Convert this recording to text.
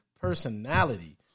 personality